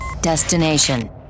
destination